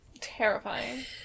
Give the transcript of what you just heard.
Terrifying